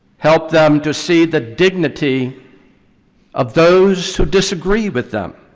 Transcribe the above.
help them to see the dignity of those who disagree with them,